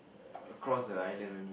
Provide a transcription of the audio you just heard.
err across the island